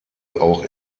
auch